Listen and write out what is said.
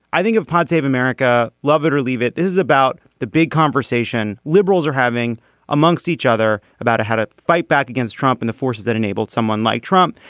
i think of parts of america love it or leave it is about the big conversation liberals are having amongst each other about how to fight back against trump and the forces that enabled someone like trump.